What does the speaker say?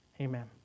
Amen